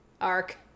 arc